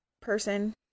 person